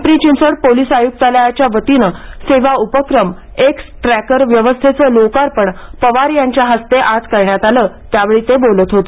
Pimpri Chinchwad police आयुक्तालयाच्या वतीने सेवा उपक्रम एक्स ट्रॅकर व्यवस्थेचे लोकार्पण पवार यांच्या हस्ते करण्यात आलं त्यावेळी ते बोलत होते